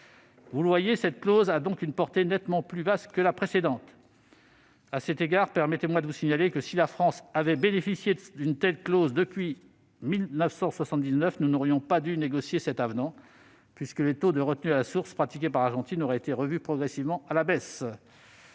indépendantes. Cette clause a donc une portée nettement plus vaste que la précédente. À cet égard, permettez-moi de vous signaler que, si la France avait bénéficié d'une telle clause dès 1979, nous n'aurions pas eu à négocier cet avenant, puisque les taux de retenue à la source pratiqués par l'Argentine auraient été revus progressivement à la baisse.